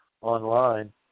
online